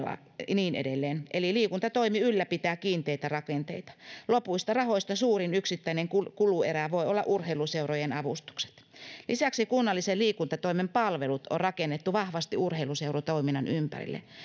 niin edelleen eli liikuntatoimi ylläpitää kiinteitä rakenteita lopuista rahoista suurin yksittäinen kuluerä voi olla urheiluseurojen avustukset lisäksi kunnallisen liikuntatoimen palvelut on rakennettu vahvasti urheiluseuratoiminnan ympärille